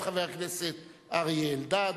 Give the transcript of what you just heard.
את חבר הכנסת אריה אלדד,